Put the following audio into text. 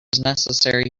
necessary